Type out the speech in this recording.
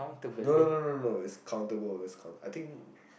no no no no no it's countable it's count I think